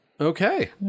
Okay